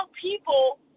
people